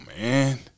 man